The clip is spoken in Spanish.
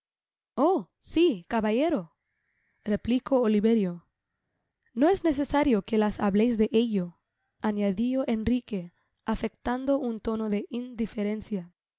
si caballero replicó oliverio no es necesario que las habléis de ello añadió enrique afectando un tono de indiferencia